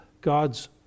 God's